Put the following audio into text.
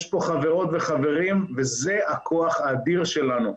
יש פה חברות וחברים וזה הכוח האדיר שלנו.